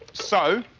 so,